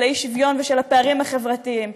של האי-שוויון ושל הפערים החברתיים,